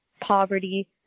poverty